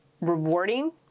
rewarding